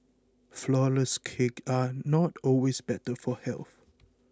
Flourless Cakes are not always better for health